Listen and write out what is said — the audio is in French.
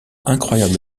incroyable